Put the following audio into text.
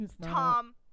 Tom